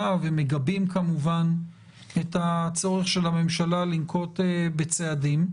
ומגבים כמובן את הצורך של הממשלה לנקוט בצעדים,